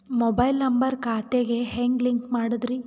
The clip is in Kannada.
ಮೊಬೈಲ್ ನಂಬರ್ ಖಾತೆ ಗೆ ಹೆಂಗ್ ಲಿಂಕ್ ಮಾಡದ್ರಿ?